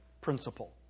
Principle